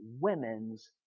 women's